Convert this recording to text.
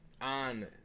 on